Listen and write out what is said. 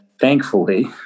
thankfully